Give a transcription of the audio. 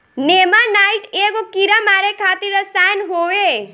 नेमानाइट एगो कीड़ा मारे खातिर रसायन होवे